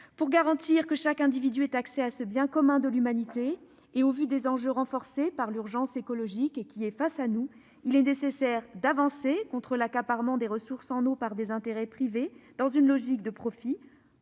Pour garantir que chaque individu ait accès à ce bien commun de l'humanité, et au vu des enjeux renforcés par l'urgence écologique, il est nécessaire d'avancer contre l'accaparement des ressources en eau par des intérêts privés dans une logique de profit,